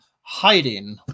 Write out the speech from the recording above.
hiding